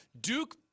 Duke